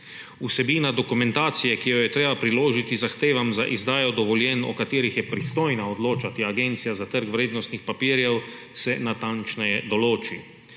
vsebina dokumentacije, ki jo je treba priložiti zahtevam za izdajo dovoljenj, o katerih je pristojna odločati Agencija za trg vrednostnih papirjev, se natančneje določi;